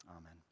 Amen